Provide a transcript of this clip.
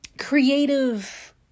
creative